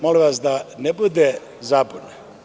Molim vas da ne bude zabune.